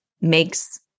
makes